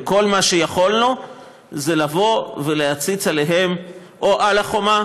וכל מה שיכולנו זה לבוא ולהציץ אליהם או על החומה,